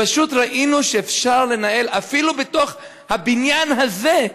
פשוט ראינו שאפשר לנהל, אפילו בתוך הבניין הזה,